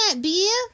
beer